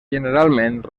generalment